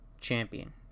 champion